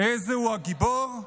"איזהו הגיבור,